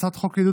הצעת חוק לעידוד